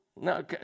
No